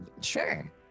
Sure